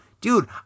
dude